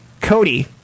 Cody